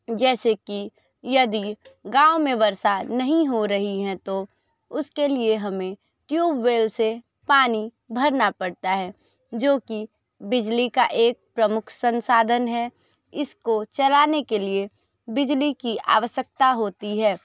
जैसे कि यदि गाँव में वर्षा नहीं हो रही है तो उसके लिए हमें ट्यूबवेल से पानी भरना पड़ता है जोकि बिजली का एक प्रमुख संसाधन है इसको चलाने के लिए बिजली की आवश्यकता होती है